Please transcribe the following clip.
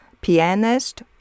pianist